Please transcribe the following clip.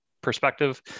perspective